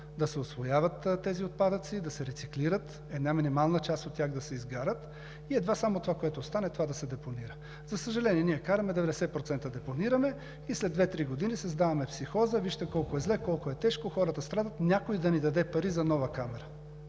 да се усвояват тези отпадъци, да се рециклират, една минимална част от тях да се изгарят и само това, което остане, да се депонира. За съжаление, ние депонираме 90% и след две, три години създаваме психоза: вижте колко е зле, колко е тежко, хората страдат, някой да ни даде пари за нова камера.